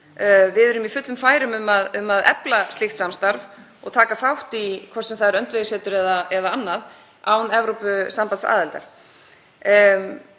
Við erum í fullum færum um að efla slíkt samstarf og taka þátt í því, hvort sem það er öndvegissetur eða annað, án Evrópusambandsaðildar.